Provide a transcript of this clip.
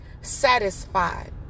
satisfied